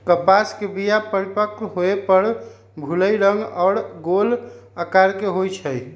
कपास के बीया परिपक्व होय पर भूइल रंग आऽ गोल अकार के होइ छइ